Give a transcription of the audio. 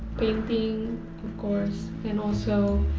painting ofcourse. and also